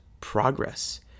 progress